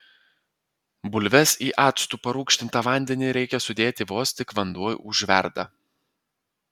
bulves į actu parūgštintą vandenį reikia sudėti vos tik vanduo užverda